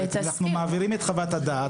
אנחנו מעבירים את חוות הדעת,